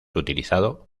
utilizado